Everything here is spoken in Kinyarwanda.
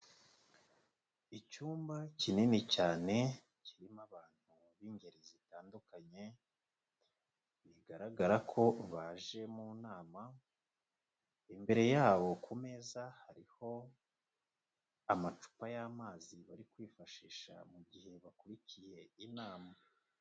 Icyumba kinini cyane, kirimo abantu b'ingeri zitandukanye bigaragara ko baje mu nama, imbere yabo ku meza hariho amacupa y'amazi bari kwifashisha mu gihe bakurikiye inama.